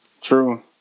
True